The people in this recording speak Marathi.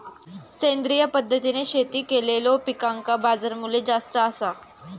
सेंद्रिय पद्धतीने शेती केलेलो पिकांका बाजारमूल्य जास्त आसा